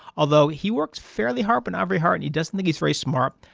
although, he worked fairly hard, but not very hard, and he doesn't think he's very smart.